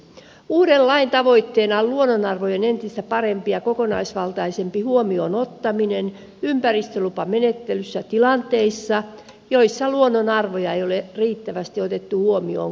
uuden lain tavoitteena on luonnonarvojen entistä parempi ja kokonaisvaltaisempi huomioon ottaminen ympäristölupamenettelyssä tilanteissa joissa luonnonarvoja ei ole riittävästi otettu huomioon kaavoituksessa